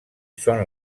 són